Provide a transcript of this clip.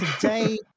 today